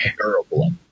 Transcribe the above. terrible